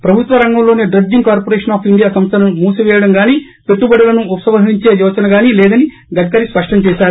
ప్రభుత్వ రంగంలోని dredging corporation of India సంస్లను మూసిపేయడం కాని పెట్లుబడులను ఉపసంహరించే యోచన కాని లేదని గడ్కరీ స్పష్టం చేశారు